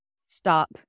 stop